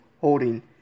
holding